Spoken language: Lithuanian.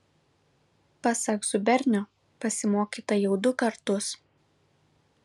pasak zubernio pasimokyta jau du kartus